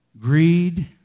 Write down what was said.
Greed